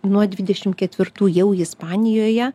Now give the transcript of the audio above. nuo dvidešim ketvirtų jau ispanijoje